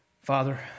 Father